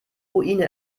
ruine